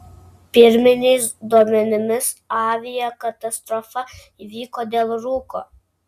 pirminiais duomenimis aviakatastrofa įvyko dėl rūko